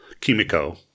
Kimiko